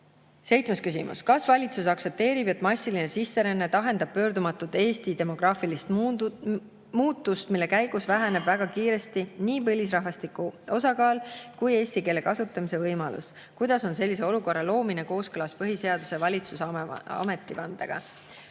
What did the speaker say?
õppida. Seitsmes küsimus: "Kas valitsus aktsepteerib, et massiline sisseränne tähendab pöördumatut Eesti demograafilist muutust, mille käigus väheneb väga kiiresti nii põlisrahvastiku osakaal kui eesti keele kasutamise võimalus? Kuidas on sellise olukorra loomine kooskõlas põhiseaduse ja valitsuse ametivandega?"No